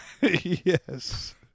Yes